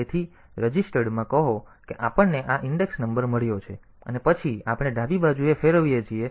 તેથી રજિસ્ટર્ડમાં કહો કે આપણને આ ઇન્ડેક્સ નંબર મળ્યો છે અને પછી આપણે ડાબી બાજુએ ફેરવીએ છીએ